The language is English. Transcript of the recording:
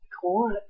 Cool